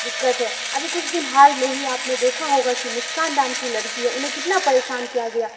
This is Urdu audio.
دقت ہے ابھی کچھ دن حال میں ہی آپ نے دیکھا ہوگا کہ مسکان نام کی لڑکی ہے انہیں کتنا پریشان کیا گیا